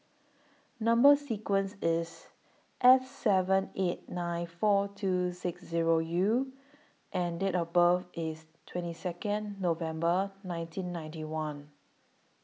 Number sequence IS S seven eight nine four two six Zero U and Date of birth IS twenty Second November nineteen ninety one